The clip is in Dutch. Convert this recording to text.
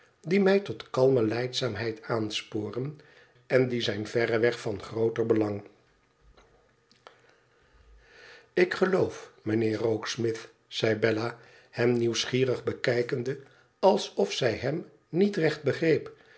die mij tot kalme mdzaamheid aansporen en die zijn verreweg van grooter belang ik geloof mijnheer rokesmith zei bella hem nieuwsgierig bekijkende alsof zij hem niet recht begreep